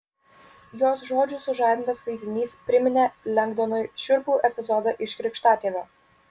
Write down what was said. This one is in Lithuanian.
jos žodžių sužadintas vaizdinys priminė lengdonui šiurpų epizodą iš krikštatėvio